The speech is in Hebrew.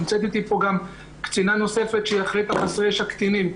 נמצאת איתי פה גם קצינה נוספת שאחראית על חסרי ישע קטנים,